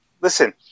Listen